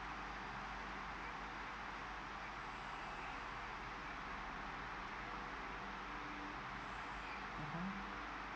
mmhmm